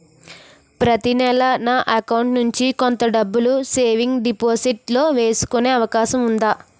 ప్రతి నెల నా అకౌంట్ నుండి కొంత డబ్బులు సేవింగ్స్ డెపోసిట్ లో వేసుకునే అవకాశం ఉందా?